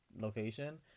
location